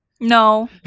No